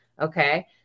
Okay